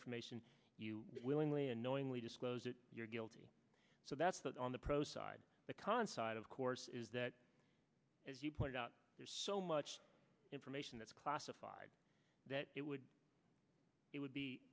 information you willingly and knowingly disclose that you're guilty so that's not on the pro side the consulate of course is that as you point out there's so much information that's classified that it would it would be